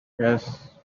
yes